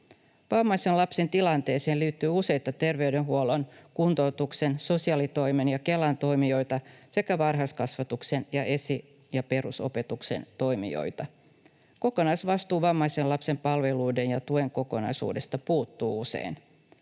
Vammaisen lapsen tilanteeseen liittyy useita terveydenhuollon, kuntoutuksen, sosiaalitoimen ja Kelan toimijoita sekä varhaiskasvatuksen ja esi- ja perusopetuksen toimijoita. Kokonaisvastuu vammaisen lapsen palveluiden ja tuen kokonaisuudesta puuttuu usein.